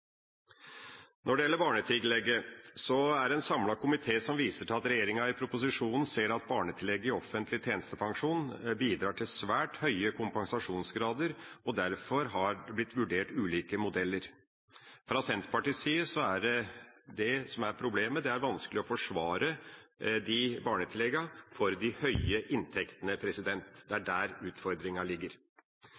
Når det gjelder barnetillegget, viser en samlet komité til at regjeringa i proposisjonen ser at barnetillegget i offentlig tjenestepensjon bidrar til svært høye kompensasjonsgrader, og derfor har det blitt vurdert ulike modeller. Fra Senterpartiets side er det det som er problemet. Det er vanskelig å forsvare barnetillegget for de høye inntektene. Det er